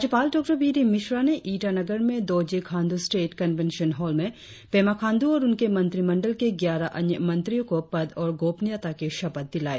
राज्यपाल Dr B D Mishra ने ईटानगर में Dorjee Khandu state convention hall में पेमा खांडू और उनके मंत्रिमंडल के ग्यारह अन्य मंत्रियों को पद और गोपनियता की शपथ दिलाई